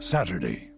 Saturday